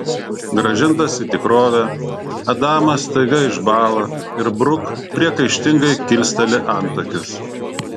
grąžintas į tikrovę adamas staiga išbąla ir bruk priekaištingai kilsteli antakius